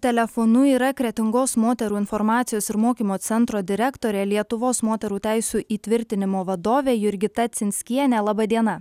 telefonu yra kretingos moterų informacijos ir mokymo centro direktorė lietuvos moterų teisių įtvirtinimo vadovė jurgita cinskienė laba diena